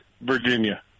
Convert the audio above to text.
Virginia